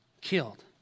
killed